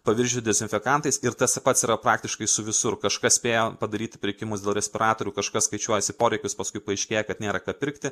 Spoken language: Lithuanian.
paviršių dezinfekantais ir tas pats yra praktiškai su visur kažkas spėjo padaryt pirkimus dėl respiratorių kažkas skaičiuojasi poreikius paskui paaiškėja kad nėra ką pirkti